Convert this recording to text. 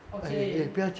okay